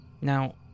Now